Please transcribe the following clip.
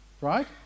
right